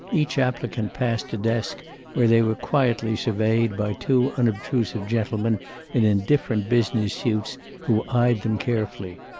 each applicant passed a desk where they were quietly surveyed by two unobstrusive gentlemen in indifferent business suits who eyed them carefully.